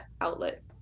outlet